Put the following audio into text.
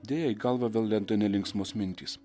deja į galvą vėl lenda nelinksmos mintys